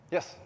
Yes